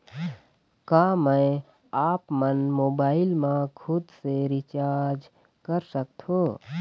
का मैं आपमन मोबाइल मा खुद से रिचार्ज कर सकथों?